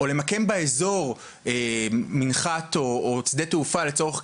והמטרה שלנו בתור מועצה אזורית זה כמובן